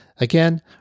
Again